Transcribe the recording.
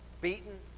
beaten